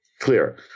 clear